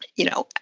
you know,